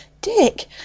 Dick